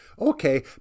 Okay